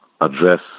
address